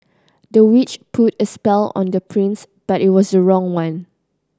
the witch put a spell on the prince but it was the wrong one